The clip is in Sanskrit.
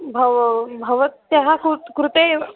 भवत्याः भवत्याः कृते कृते एव